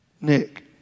Nick